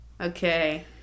okay